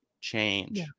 change